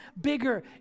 bigger